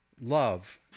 love